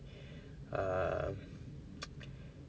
uh